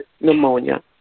pneumonia